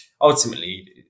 ultimately